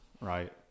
right